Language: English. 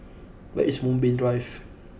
where is Moonbeam Drive